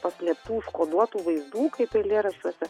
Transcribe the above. paslėptų užkoduotų vaizdų kaip eilėraščiuose